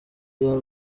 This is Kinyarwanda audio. iyo